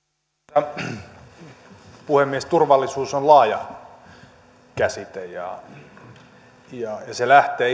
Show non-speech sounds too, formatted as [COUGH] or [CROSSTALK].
arvoisa puhemies turvallisuus on laaja käsite se lähtee [UNINTELLIGIBLE]